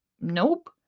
Nope